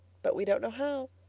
but we don't know how.